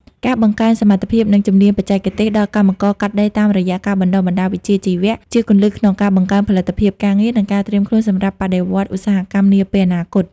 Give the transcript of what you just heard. ការបង្កើនសមត្ថភាព និងជំនាញបច្ចេកទេសដល់កម្មករកាត់ដេរតាមរយៈការបណ្ដុះបណ្ដាលវិជ្ជាជីវៈ ជាគន្លឹះក្នុងការបង្កើនផលិតភាពការងារ និងការត្រៀមខ្លួនសម្រាប់បដិវត្តន៍ឧស្សាហកម្មនាពេលអនាគត។